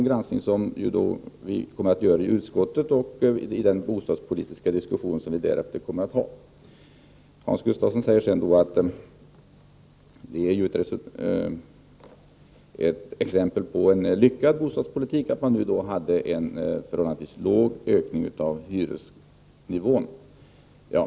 Hans Gustafsson säger att det är ett exempel på en lyckad bostadspolitik att vi haft en förhållandevis låg ökning av hyresnivån.